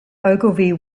ogilvy